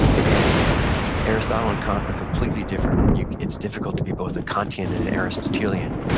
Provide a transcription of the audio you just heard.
and aristotle and kant are completely different, and yeah it's difficult to be both a kantian and an aristotelian.